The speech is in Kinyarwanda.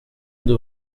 ndi